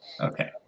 Okay